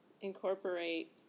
incorporate